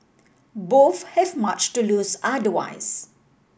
both have much to lose otherwise